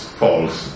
false